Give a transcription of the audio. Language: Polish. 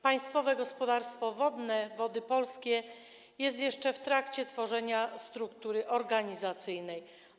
Państwowe Gospodarstwo Wodne Wody Polskie jest jeszcze w trakcie tworzenia struktury organizacyjnej.